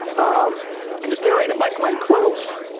um and it's narrated by glenn close!